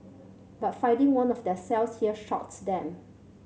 but finding one of their cells here shocked them